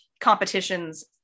competitions